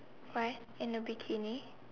right in a bikini